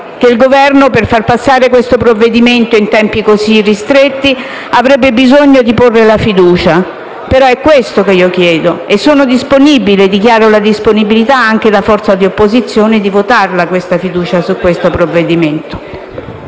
che il Governo, per far passare questo provvedimento in tempi così ristretti, avrebbe bisogno di porre la fiducia. Ma è questo che io chiedo e dichiaro la disponibilità, anche da parte di una forza di opposizione, a votare la fiducia su questo provvedimento.